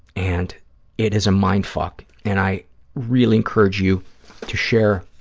and it is a mind fuck. and i really encourage you to share